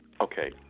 Okay